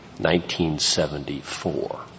1974